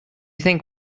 think